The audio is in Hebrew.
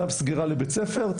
צו סגירה לבית ספר,